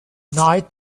night